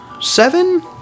Seven